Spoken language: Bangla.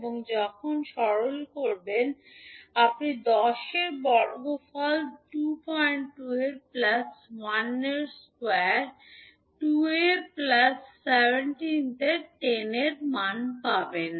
এবং যখন আপনি সরল করবেন আপনি 10 এর বর্গফল 2 2 এর প্লাস 1 এর উপর স্কোয়ার প্লাস 2 s প্লাস 17 তে 10 মান পাবেন